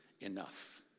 enough